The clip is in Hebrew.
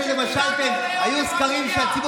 שבחר בך רוצה שתדאג לו ליוקר המחיה,